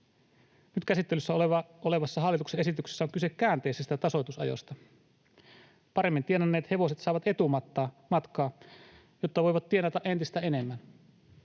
Nyt käsittelyssä olevassa hallituksen esityksessä on kyse käänteisestä tasoitusajosta: paremmin tienanneet hevoset saavat etumatkaa, jotta voivat tienata entistä enemmän,